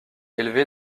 élevé